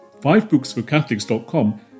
fivebooksforcatholics.com